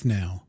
now